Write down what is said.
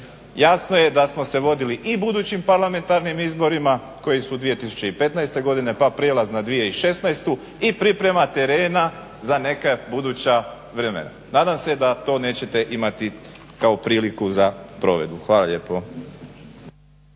jasno je da smo se vodili i budućim parlamentarnim izborima koji su 2015. godine pa prijelaz na 2016. i priprema terena za neka buduća vremena. Nadam se da to nećete imati kao priliku za provedbu. Hvala lijepa.